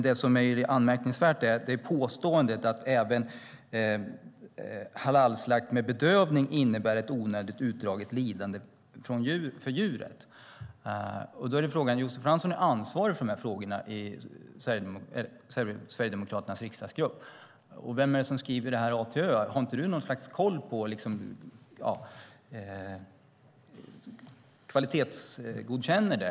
Det anmärkningsvärda är påståendet "Även halalslakt med bedövning innebär ett onödigt utdraget lidande för djuret." Josef Fransson är ansvarig för dessa frågor i Sverigedemokraternas riksdagsgrupp. Men vem är det som skriver texten från A till Ö? Har du inte någon koll på det och kvalitetsgodkänner det?